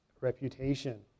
reputation